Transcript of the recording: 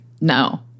no